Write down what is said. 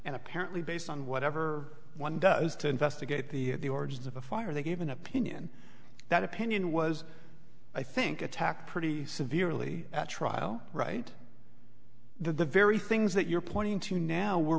and apparently based on whatever one does to investigate the the origins of a fire they gave an opinion that opinion was i think attacked pretty severely at trial right the very things that you're pointing to now were